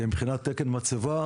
מבחינת תקן מצבה,